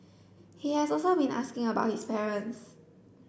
he has also been asking about his parents